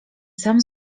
sam